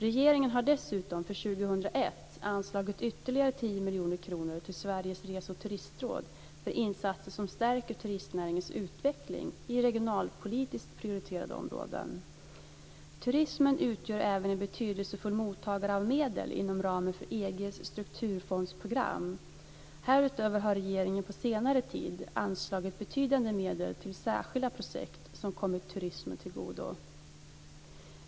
Regeringen har dessutom för 2001 anslagit ytterligare 10 miljoner kronor till Sveriges Turismen utgör även en betydelsefull mottagare av medel inom ramen för EG:s strukturfondsprogram. Härutöver har regeringen på senare tid anslagit betydande medel till särskilda projekt som kommit turismen till godo.